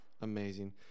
Amazing